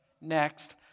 next